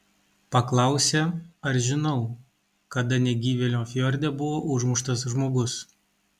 paklausė ar žinau kada negyvėlio fjorde buvo užmuštas žmogus